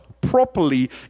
properly